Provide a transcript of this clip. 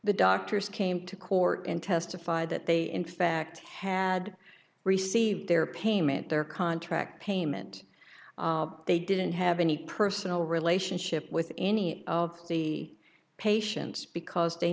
the doctors came to court and testify that they in fact had received their payment their contract payment they didn't have any personal relationship with any of the patients because they